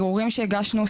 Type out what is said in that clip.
ערעורים שהגשנו,